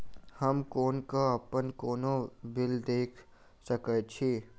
हम कोना कऽ अप्पन कोनो बिल देख सकैत छी?